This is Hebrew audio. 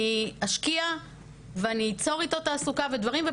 אשקיע ואני אצור איתו תעסוקה ודברים למען